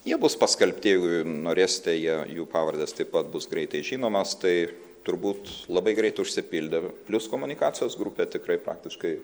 jie bus paskelbti jeigu norėsite jie jų pavardės taip pat bus greitai žinomos tai turbūt labai greit užsipildė plius komunikacijos grupė tikrai praktiškai